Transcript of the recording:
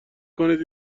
کنید